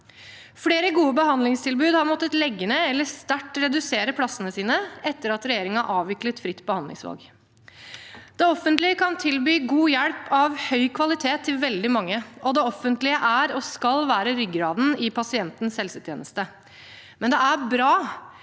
Flere gode behandlingstilbud har måttet legge ned eller sterkt redusere plassene sine etter at regjeringen avviklet fritt behandlingsvalg. Det offentlige kan tilby god hjelp av høy kvalitet til veldig mange, og det offentlige er og skal være ryggraden i pasientens helsetjeneste. Men det er bra